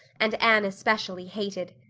and anne especially, hated.